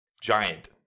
Giant